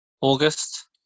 August